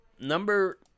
number